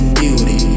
beauty